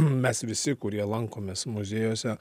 mes visi kurie lankomės muziejuose